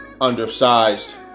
undersized